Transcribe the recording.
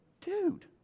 dude